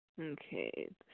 Okay